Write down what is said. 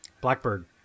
Blackbird